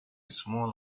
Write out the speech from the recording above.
small